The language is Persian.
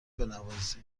بنوازی